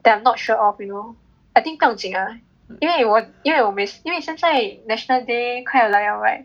that I am not sure of you know I think 不用紧啦因为我因为我每因为现在 national day 快要来了 right